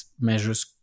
measures